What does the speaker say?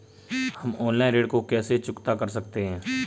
हम ऑनलाइन ऋण को कैसे चुकता कर सकते हैं?